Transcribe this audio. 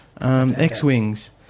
X-wings